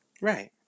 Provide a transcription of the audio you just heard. Right